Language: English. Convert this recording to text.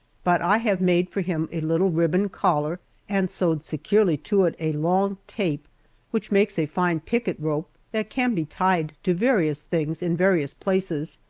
but i have made for him a little ribbon collar and sewed securely to it a long tape which makes a fine picket rope that can be tied to various things in various places,